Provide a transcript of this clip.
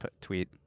tweet